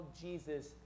Jesus